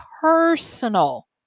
personal